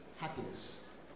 happiness